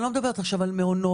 אני לא מדברת עכשיו על מעונות,